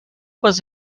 was